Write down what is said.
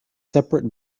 separate